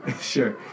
sure